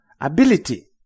ability